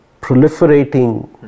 proliferating